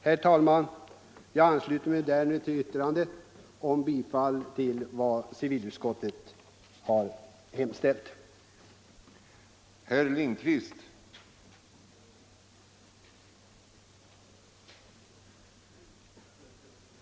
Herr talman! Jag ansluter mig till yrkandena.om bifall till vad civilutskottet har hemställt.